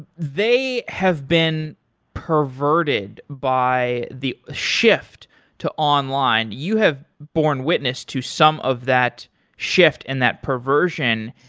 they have been perverted by the shift to online. you have borne witness to some of that shift and that perversion.